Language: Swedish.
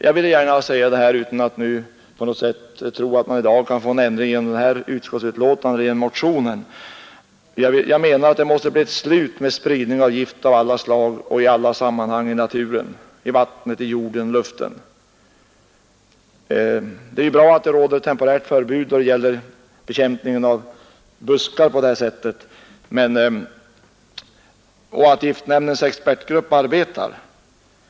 Jag vill gärna säga detta utan att jag därmed tror att man i dag kan få en ändring till stånd genom motionen eller det föreliggande utskottsbetänkandet. Vad jag menar är att det måste bli ett slut med spridningen av gift av alla slag och i alla sammanhang i naturen, i vattnet, i jorden och i luften. Det är bra att ett temporärt förbud råder då det gäller bekämpningen av buskar och att giftnämndens expertgrupp arbetar.